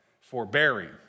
forbearing